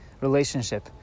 relationship